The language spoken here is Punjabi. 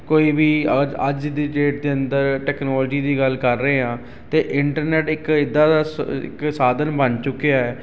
ਕੋਈ ਵੀ ਅ ਅੱਜ ਦੀ ਡੇਟ ਦੇ ਅੰਦਰ ਟੈਕਨੋਲਜੀ ਦੀ ਗੱਲ ਕਰ ਰਹੇ ਹਾਂ ਅਤੇ ਇੰਟਰਨੈੱਟ ਇੱਕ ਇੱਦਾਂ ਦਾ ਸ ਇੱਕ ਸਾਧਨ ਬਣ ਚੁੱਕਿਆ ਹੈ